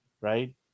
right